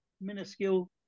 minuscule